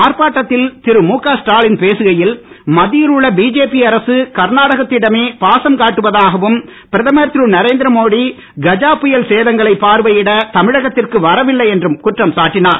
ஆர்ப்பாட்டத்தில் திரு முக ஸ்டாலின் பேசுகையில் மத்தியில் உள்ள பிஜேபி அரசு கர்நாடகத்திடமே பாசம் காட்டுவதாகவும்பிரதமர் திரு நரேந்திரமோடி கஜா புயல் சேதங்களைப் பார்வையிட தமிழகத்திற்கு வரவில்லை என்றும் குற்றம் சாட்டினார்